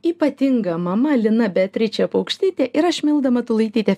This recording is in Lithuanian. ypatinga mama lina beatričė paukštytė ir aš milda matulaitytė